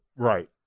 Right